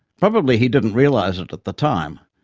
probably he didn't realize it at the time,